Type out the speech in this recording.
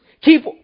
keep